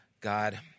God